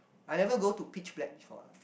I never go to pitch black before lah